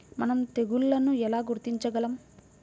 మనం తెగుళ్లను ఎలా గుర్తించగలం?